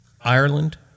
Ireland